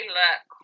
look